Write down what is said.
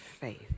faith